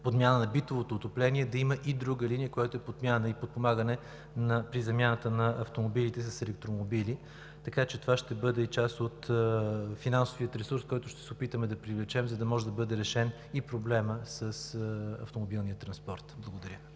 подмяна на битовото отопление, да има и друга линия, която е подмяна и подпомагане при замяната на автомобилите с електромобили. Така че това ще бъде и част от финансовия ресурс, който ще се опитаме да привлечем, за да може да бъде решен и проблемът с автомобилния транспорт. Благодаря.